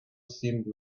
seemed